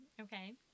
Okay